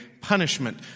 punishment